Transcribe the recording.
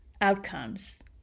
outcomes